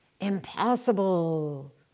impossible